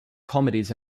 comedies